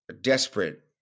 desperate